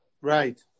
Right